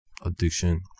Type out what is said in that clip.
addiction